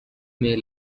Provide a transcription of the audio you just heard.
may